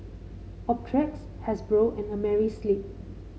Optrex Hasbro and Amerisleep